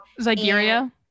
Zygeria